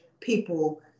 people